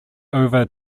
over